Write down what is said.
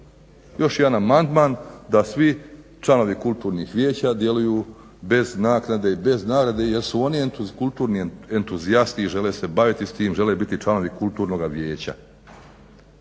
Još jedan amandman, da svi članovi kulturnih vijeća djeluju bez naknade i bez nagrade jer su oni kulturni entuzijasti i žele se baviti s tim, žele biti članovi kulturnoga vijeća.